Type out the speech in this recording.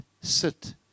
sit